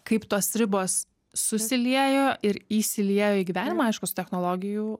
kaip tos ribos susiliejo ir įsiliejo į gyvenimą aišku su technologijų